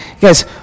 guys